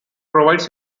provides